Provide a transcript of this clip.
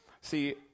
See